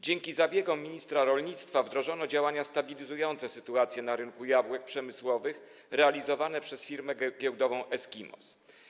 Dzięki zabiegom ministra rolnictwa wdrożono działania stabilizujące sytuację na rynku jabłek przemysłowych, realizowane przez firmę giełdową Eskimos.